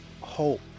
hope